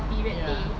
ya